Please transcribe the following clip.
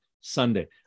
Sunday